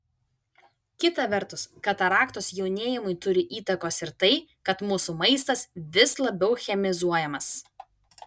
kita vertus kataraktos jaunėjimui turi įtakos ir tai kad mūsų maistas vis labiau chemizuojamas